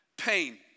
pain